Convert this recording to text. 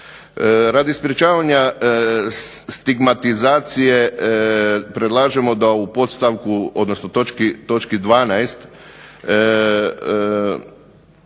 Radi sprečavanja stigmatizacije predlažemo da u podstavku odnosno točki 12.,